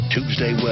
Tuesday